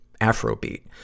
Afrobeat